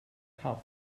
cough